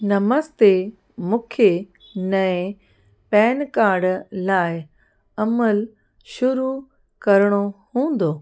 नमस्ते मूंखे नें PAN card लाइ अमल शुरू करिणो हूंदो